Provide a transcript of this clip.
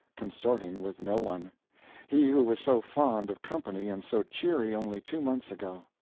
consorting with no one he who was so fond of company and so cheery only two months ago.